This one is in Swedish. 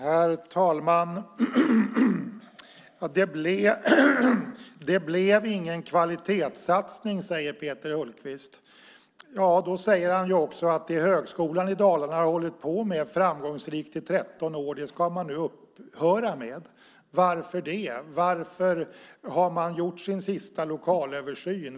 Herr talman! Det blev ingen kvalitetssatsning, säger Peter Hultqvist. Då säger han också att man nu ska upphöra med det som Högskolan Dalarna framgångsrikt har hållit på med i 13 år. Varför det? Varför har man gjort sin sista lokalöversyn?